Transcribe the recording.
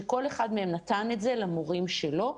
שכל אחד מהם נתן את זה למורים שלו.